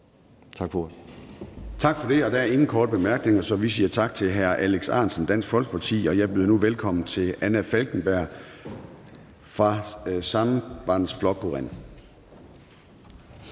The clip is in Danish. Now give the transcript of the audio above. Gade): Der er ingen korte bemærkninger, så vi siger tak til hr. Alex Ahrendtsen, Dansk Folkeparti. Og jeg byder nu velkommen til fru Anna Falkenberg fra Sambandsflokkurin.